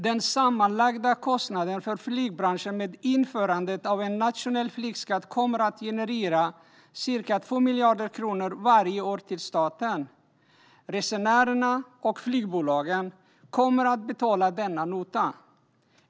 Den sammanlagda kostnaden för flygbranschen med införandet av en nationell flygskatt kommer att generera ca 2 miljarder kronor varje år till staten. Det är resenärerna och flygbolagen som kommer att betala denna nota.